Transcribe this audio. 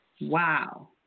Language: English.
Wow